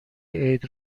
عید